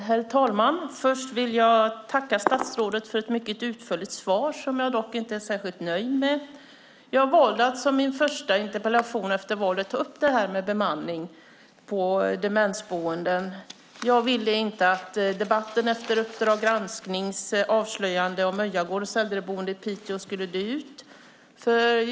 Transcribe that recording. Herr talman! Först vill jag tacka statsrådet för ett mycket utförligt svar som jag dock inte är särskilt nöjd med. Jag valde att i min första interpellation efter valet ta upp detta med bemanning på demensboenden. Jag ville inte att debatten efter Uppdrag gransknings avslöjande om Öjagårdens äldreboende i Piteå skulle dö ut.